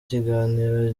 kiganiro